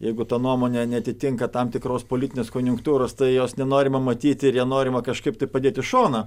jeigu ta nuomonė neatitinka tam tikros politinės konjunktūros tai jos nenorima matyti ir ją norima kažkaip tai padėti šoną